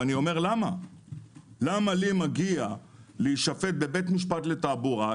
ואומר: למה לי מגיע להישפט בבית משפט לתעבורה,